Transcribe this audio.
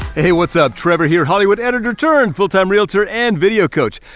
hey what's up, trevor here. hollywood editor turned, full-time realtor and video coach.